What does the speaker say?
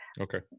Okay